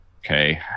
Okay